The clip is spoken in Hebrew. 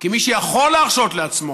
כי מי שיכול להרשות לעצמו,